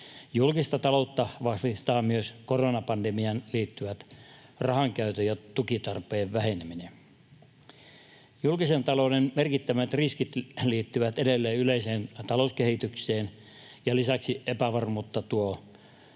Julkista taloutta vahvistaa myös koronapandemiaan liittyvien rahankäytön ja tukitarpeen väheneminen. Julkisen talouden merkittävät riskit liittyvät edelleen yleiseen talouskehitykseen, ja lisäksi epävarmuutta tuo